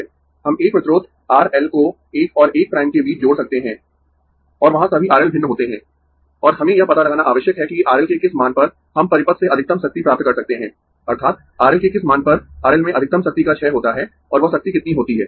हम एक प्रतिरोध R L को 1 और 1 प्राइम के बीच जोड़ सकते है और वहां सभी R L भिन्न होते है और हमें यह पता लगाना आवश्यक है कि R L के किस मान पर हम परिपथ से अधिकतम शक्ति प्राप्त कर सकते है अर्थात् R L के किस मान पर R L में अधिकतम शक्ति का क्षय होता है और वह शक्ति कितनी होती है